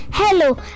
Hello